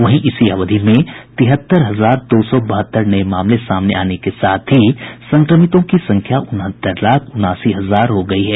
वहीं इसी अवधि में तिहत्तर हजार दो सौ बहत्तर नये मामले सामने आने के साथ ही संक्रमितों की संख्या उनहत्तर लाख उनासी हजार हो गयी है